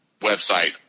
website